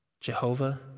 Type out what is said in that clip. Jehovah